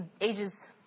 ages